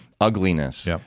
ugliness